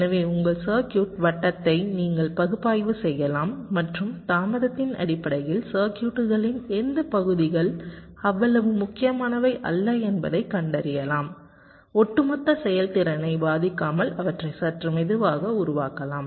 எனவே உங்கள் சர்க்யூட் வட்டத்தை நீங்கள் பகுப்பாய்வு செய்யலாம் மற்றும் தாமதத்தின் அடிப்படையில் சர்க்யூட்களின் எந்த பகுதிகள் அவ்வளவு முக்கியமானவை அல்ல என்பதைக் கண்டறியலாம் ஒட்டுமொத்த செயல்திறனைப் பாதிக்காமல் அவற்றை சற்று மெதுவாக உருவாக்கலாம்